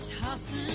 Tossing